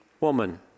woman